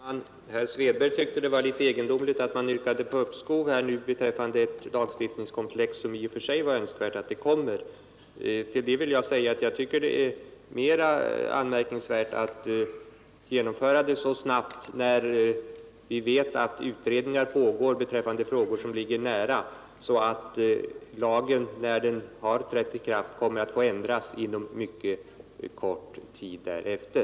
Herr talman! Herr Svedberg tyckte att det var litet egendomligt att här yrka på uppskov med ett lagstiftningskomplex som i och för sig är önskvärt. Till det vill jag säga att jag tycker det är mera anmärkningsvärt att genomföra lagen så snabbt, när vi vet att en utredning pågår om näraliggande frågor och att lagen därför, när den har trätt i kraft, kommer att på väsentliga punkter få ändras en mycket kort tid därefter.